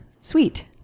Sweet